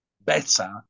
better